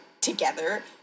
together